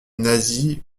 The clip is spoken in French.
nasie